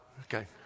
Okay